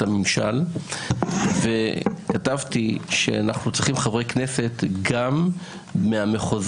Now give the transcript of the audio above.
הממשל וכתבתי שאנחנו צריכים חברי כנסת גם מהמחוזות,